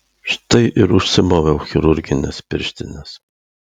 štai ir užsimoviau chirurgines pirštines